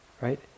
right